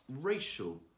racial